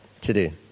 today